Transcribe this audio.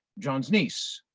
john's niece,